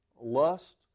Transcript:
Lust